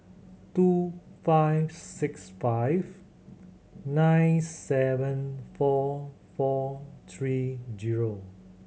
two five six five nine seven four four three zero